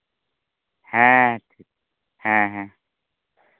ᱦᱮᱸ ᱴᱷᱤᱠ ᱦᱮᱸ ᱦᱮᱸ